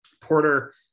Porter